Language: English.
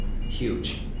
huge